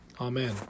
Amen